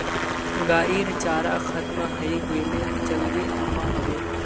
गाइर चारा खत्म हइ गेले जल्दी अनवा ह बे